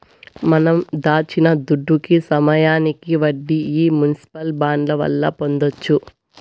మనం దాచిన దుడ్డుకి సమయానికి వడ్డీ ఈ మునిసిపల్ బాండ్ల వల్ల పొందొచ్చు